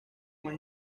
más